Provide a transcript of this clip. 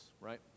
right